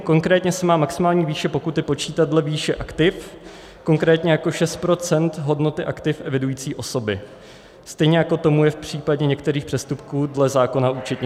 Konkrétně se má maximální výše pokuty počítat dle výše aktiv, konkrétně jako 6 procent hodnoty aktiv evidující osoby, stejně jako tomu je v případě některých přestupků dle zákona o účetnictví.